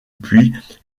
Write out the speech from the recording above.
puits